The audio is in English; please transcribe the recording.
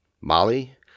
Molly